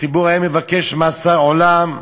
הציבור היה מבקש מאסר עולם,